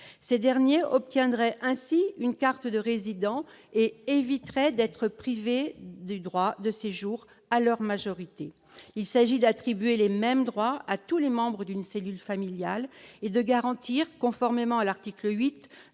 ces derniers obtiendraient ainsi une carte de résident et éviteraient d'être privés du droit de séjour à leur majorité. Il s'agit d'attribuer les mêmes droits à tous les membres d'une cellule familiale et de garantir, conformément à l'article 8